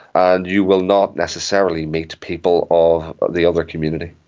and you will not necessarily meet people of the other community.